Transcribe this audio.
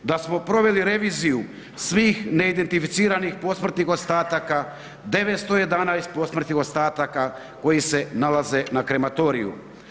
Da smo proveli reviziju svih neidentificiranih posmrtnih ostataka 911 posmrtnih ostataka koji se nalaze na Krematoriju.